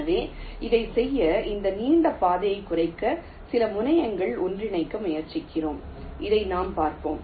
எனவே இதைச் செய்ய இந்த நீண்ட பாதையை குறைக்க சில முனைகளை ஒன்றிணைக்க முயற்சிக்கிறோம் இதை நாம் பார்ப்போம்